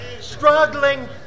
struggling